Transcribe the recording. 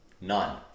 none